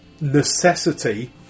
necessity